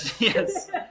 yes